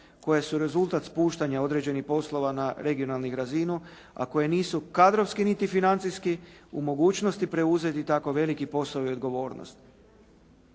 koje su rezultat spuštanja određenih poslova na regionalnu razinu, a koje nisu kadrovski niti financijski u mogućnosti preuzeti tako veliki posao i odgovornost.